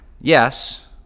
yes